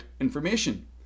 information